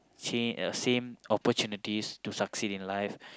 same uh same opportunities to succeed in life